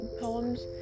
poems